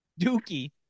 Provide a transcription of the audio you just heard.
Dookie